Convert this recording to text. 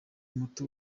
muto